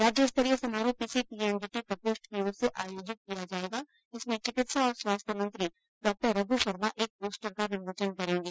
राज्यस्तरीय समारोह पीसीपीएनडीटी प्रकोष्ठ की ओर से आयोजित किया जायेगा इसमें चिकित्सा और स्वास्थ्य मंत्री डॉ रघु शर्मा एक पोस्टर का विमोचन करेंगे